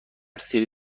سری